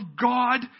God